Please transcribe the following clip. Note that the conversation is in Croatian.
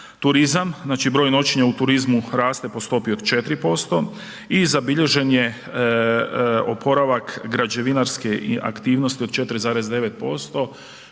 turizam znači broj noćenja u turizmu raste po stopi od 4% i zabilježen je oporavak građevinarske aktivnosti od 4,9%